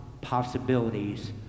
possibilities